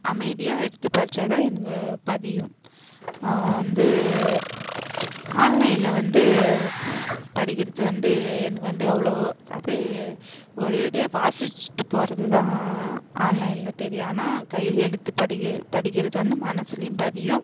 அமைதியாக எடுத்து படிச்சால் தான் எனக்கு பதியும் வந்து ஆன்லைனில் வந்து படிக்கிறது வந்து எனக்கு வந்து அவ்ளோவோ அப்படி ஒரேடியாக வாசிச்சிட்டு போகிறது தான் ஆன்லைனில் தெரியும் ஆனால் கையில் எடுத்து படிக்கி படிக்கிறது வந்து மனசுலையும் பதியும்